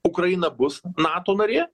ukraina bus nato narė